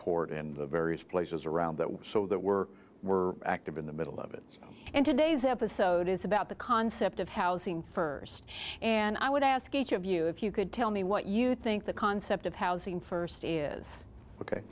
the various places around that so that we're we're active in the middle of it and today's episode is about the concept of housing first and i would ask each of you if you could tell me what you think the concept of housing first is ok